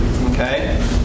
Okay